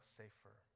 safer